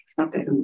Okay